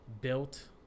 built